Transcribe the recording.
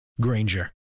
Granger